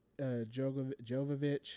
Jovovich